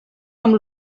amb